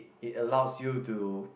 it allows you to